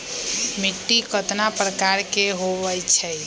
मिट्टी कतना प्रकार के होवैछे?